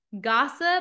Gossip